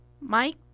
Mike